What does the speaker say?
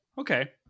Okay